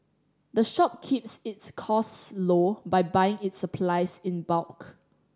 the shop keeps its costs low by buying its supplies in bulk